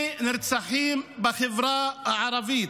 מתחילת שנת 2024, 38 נרצחים בחברה הערבית: